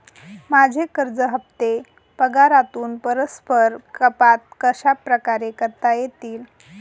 माझे कर्ज हफ्ते पगारातून परस्पर कपात कशाप्रकारे करता येतील?